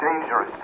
dangerous